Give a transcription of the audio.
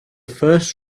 first